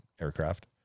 aircraft